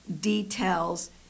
details